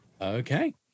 Okay